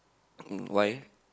um why